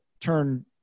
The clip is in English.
turn